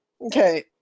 okay